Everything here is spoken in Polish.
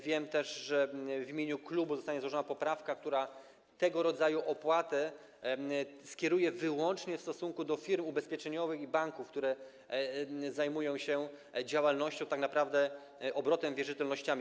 Wiem też, że w imieniu klubu zostanie złożona poprawka, która tego rodzaju opłatę skieruje wyłącznie w stosunku do firm ubezpieczeniowych i banków, które zajmują się taką działalnością, obrotem wierzytelnościami.